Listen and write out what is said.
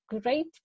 great